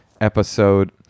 episode